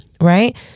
right